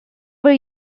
were